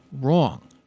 wrong